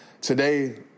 Today